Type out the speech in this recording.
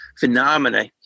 phenomena